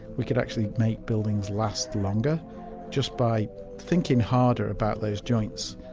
we could actually make buildings last longer just by thinking harder about those joints,